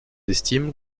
estime